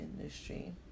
industry